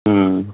ہوں